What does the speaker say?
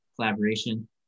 collaboration